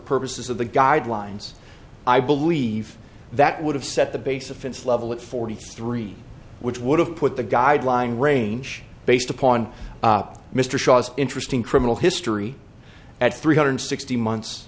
purposes of the guidelines i believe that would have set the base offense level at forty three which would have put the guideline range based upon mr shaw's interesting criminal history at three hundred sixty months